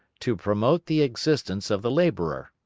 to promote the existence of the labourer.